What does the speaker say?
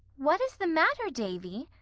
what is the matter, davy?